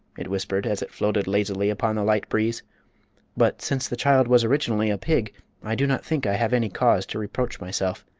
it whispered, as it floated lazily upon the light breeze but since the child was originally a pig i do not think i have any cause to reproach myself.